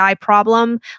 problem